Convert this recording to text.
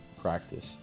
practice